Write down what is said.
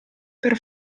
per